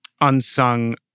Unsung